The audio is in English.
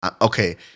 okay